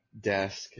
desk